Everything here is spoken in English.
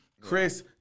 Chris